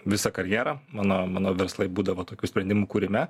visą karjerą mano mano verslai būdavo tokių sprendimų kūrime